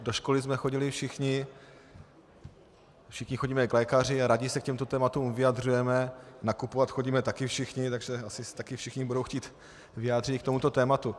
Do školy jsme chodili všichni, všichni chodíme k lékaři a rádi se k těmto tématům vyjadřujeme, nakupovat chodíme taky všichni, takže se asi také všichni budou chtít vyjádřit i k tomuto tématu.